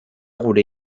gure